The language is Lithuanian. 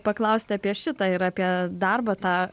paklausti apie šitą ir apie darbą tą